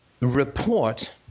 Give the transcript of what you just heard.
report